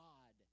God